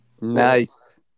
Nice